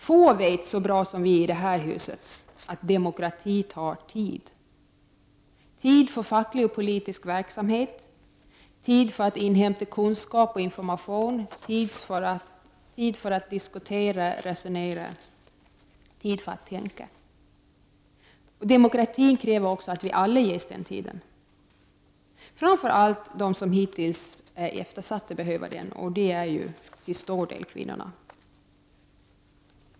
Få vet så bra som vi här i huset att demokrati kräver tid — tid för facklig och politisk verksamhet, tid för att inhämta kunskap och information, tid för att diskutera, resonera och tid för att tänka. Demokratin kräver också att alla ges den tiden. Framför allt är det de hittills eftersatta som behöver den, och det är till stor del kvinnorna.